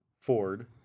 Ford